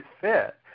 fit